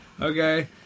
Okay